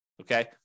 Okay